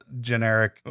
generic